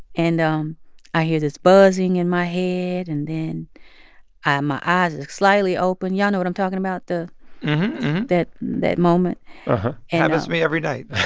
and um i hear this buzzing in my head, and then ah my eyes are slightly open y'all know what i'm talking about? the that that moment happens to me every night